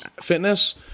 fitness